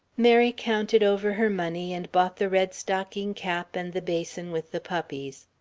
mary counted over her money, and bought the red stocking cap and the basin with the puppies.